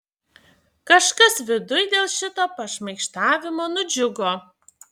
kažkas viduj dėl šito pašmaikštavimo nudžiugo